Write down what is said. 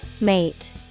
Mate